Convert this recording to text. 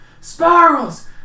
Spirals